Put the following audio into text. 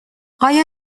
آیا